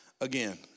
again